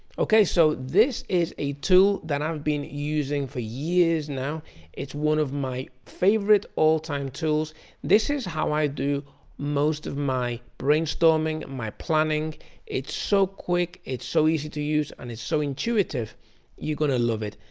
ok so this is a tool that i've been using for years now it's one of my favorite all-time tools this is how i do most of my brainstorming my planning it's so quick it's so easy to use and it's so intuitive you're gonna love it.